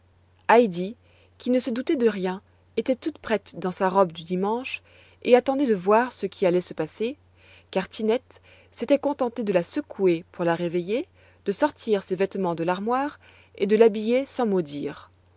qui ne se doutait de rien était toute prête dans sa robe du dimanche et attendait de voir ce qui allait se passer car tinette s'était contentée de la secouer pour la réveiller de sortir ses vêtements de l'armoire et de l'habiller sans